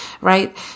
right